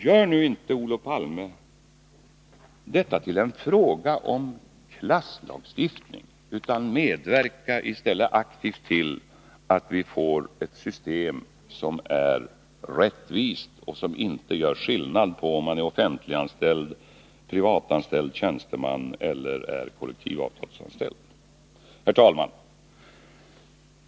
Gör nu inte detta, Olof Palme, till en fråga om klasslagstiftning, utan medverka i stället aktivt till att vi får ett system som är rättvist och som inte gör skillnad mellan offentliganställda och privatanställda tjänstemän och kollektivavtalsanställda. Herr talman!